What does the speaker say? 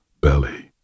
belly